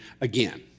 again